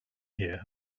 here